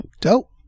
dope